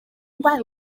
weld